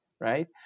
right